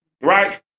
right